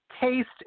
taste